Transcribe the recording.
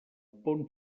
pont